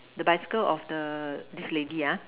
the bicycle of the this lady ah